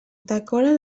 decora